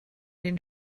den